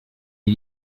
est